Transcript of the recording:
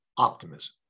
Optimism